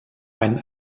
meinen